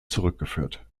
zurückgeführt